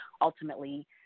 ultimately